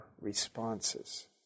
responses